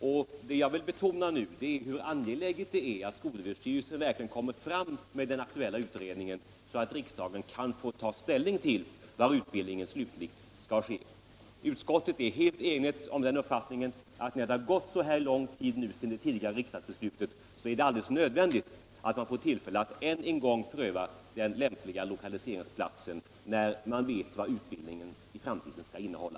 Det som jag vill betona är angelägenheten av att skolöverstyrelsen verkligen får fram den aktuella utredningen, så att riksdagen kan ta ställning till var utbildningen slutgiltigt skall ske. Utskottet är helt enigt om att när det har gått så lång tid sedan riksdagsbeslutet fattades, är det alldeles nödvändigt att man får tillfälle att än en gång pröva vilken ort som är lämpligast från lokaliseringssynpunkt, när man väl vet vad utbildningen i framtiden skall innehålla.